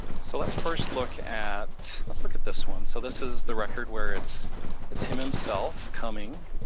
so let's first look at, let's look at this one, so this is the record where it's it's him himself coming.